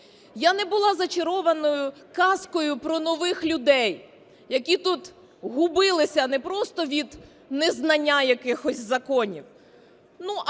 Я не була зачарована казкою про нових людей, які тут губилися не просто від незнання якихось законів,